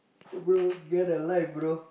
bro get a life bro